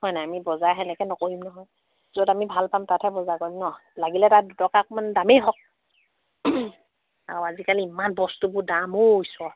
হয় নাই আমি বজাৰ সেনেকে নকৰিম নহয় য'ত আমি ভাল পাম তাতহে বজাৰ কৰিম ন লাগিলে তাত দুটকা অকমান দামেই হওক আৰু আজিকালি ইমান বস্তুবোৰ দাম ঔ ঈশ্বৰ